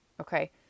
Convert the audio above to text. Okay